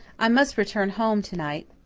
i must return home to-night,